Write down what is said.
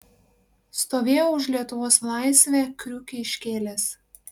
stovėjau už lietuvos laisvę kriukį iškėlęs